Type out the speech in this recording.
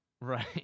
Right